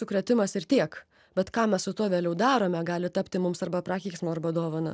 sukrėtimas ir tiek bet ką mes su tuo vėliau darome gali tapti mums arba prakeiksmu arba dovana